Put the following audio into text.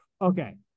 Okay